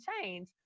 change